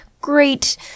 great